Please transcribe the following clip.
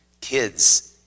Kids